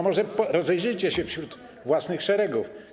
Może rozejrzyjcie się wśród własnych szeregów.